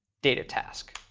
datatask.